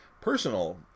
personal